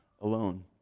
alone